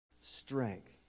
strength